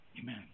Amen